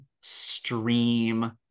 stream